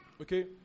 Okay